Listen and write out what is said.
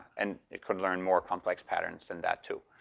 and it could learn more complex patterns than that too.